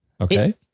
okay